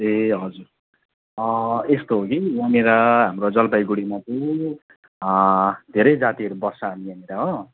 ए हजुर अँ यस्तो हो कि यहाँनिर हाम्रो जलपाइगुडीमा पनि अँ धेरै जातिहरू बस्छ हाम्रोतिर हो